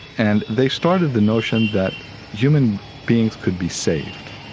and they started the notion that human beings could be saved,